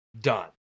done